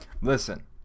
listen